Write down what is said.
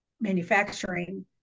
manufacturing